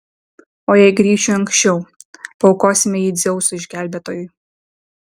o jei grįšiu anksčiau paaukosime jį dzeusui išgelbėtojui